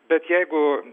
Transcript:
bet jeigu